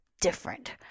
different